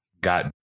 got